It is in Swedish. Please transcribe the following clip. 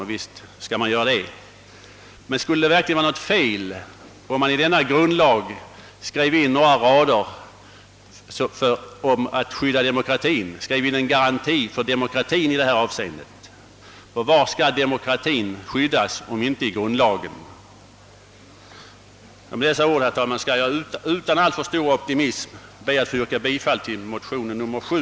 Och visst skall vi göra det. Men skulle det verkligen vara något fel om vi i denna grundlag också skrev in några rader om att demokratien skall skyddas, skrev in en garanti för demokratien i detta avseende? Ty var skall demokratien skyddas om inte i grundlagen? Herr talman! Med dessa ord skall jag, utan alltför stor optimism, be att få yrka bifall till motionen II: 7.